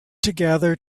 together